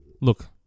Look